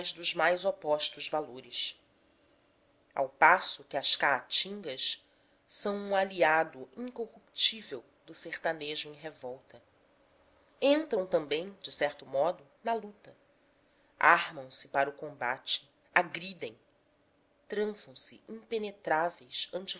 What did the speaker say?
dos mais opostos valores ao passo que as caatingas são um aliado incorruptível do sertanejo em revolta entram também de certo modo na luta armam se para o combate agridem trançam se impenetráveis ante